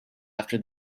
after